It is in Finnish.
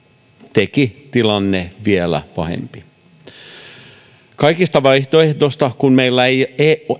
teki tilanteesta vielä pahemman kaikista vaihtoehdoista kun meillä ei